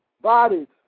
bodies